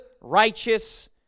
righteous